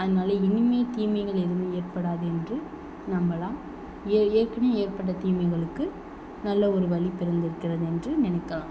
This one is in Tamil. அதனால இனிமேல் தீமைகள் எதுவும் ஏற்படாது என்று நம்பலாம் ஏ ஏற்கனவே ஏற்பட்ட தீமைகளுக்கு நல்ல ஒரு வழி பிறந்திருக்கிறது என்று நினைக்கலாம்